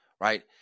right